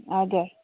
हजुर